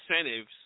incentives